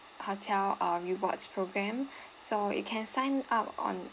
hotel uh rewards program so you can sign up on